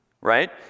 Right